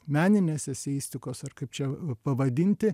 meninės eseistikos ar kaip čia pavadinti